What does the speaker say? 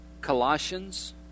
Colossians